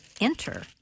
enter